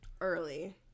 early